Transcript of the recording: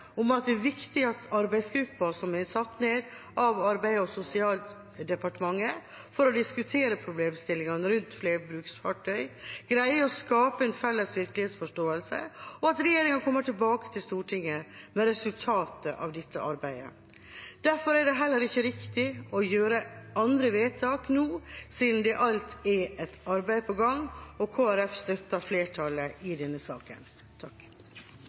at det er viktig at arbeidsgruppa som er satt ned av Arbeids- og sosialdepartementet for å diskutere problemstillingene rundt flerbruksfartøy, greier å skape en felles virkelighetsforståelse, og at regjeringa kommer tilbake til Stortinget med resultatet av dette arbeidet. Derfor er det heller ikke riktig å gjøre andre vedtak nå, siden det alt er et arbeid på gang, og Kristelig Folkeparti støtter flertallet i denne saken.